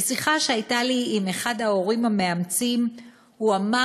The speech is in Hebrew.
בשיחה שהייתה לי עם אחד ההורים המאמצים הוא אמר